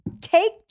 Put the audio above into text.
Take